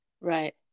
right